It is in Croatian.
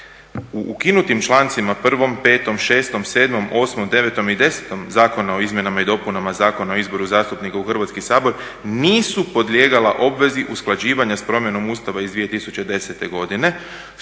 u ukinutim člancima 1., 5., 6., 7., 8., 9. i 10. Zakona o izmjenama i dopunama Zakona o izboru zastupnika u Hrvatski sabor nisu podlijegala obvezi usklađivanja s promjenom Ustava iz 2010. godine